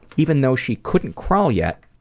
even though she couldn't crawl yet,